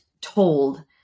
told